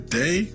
day